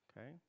Okay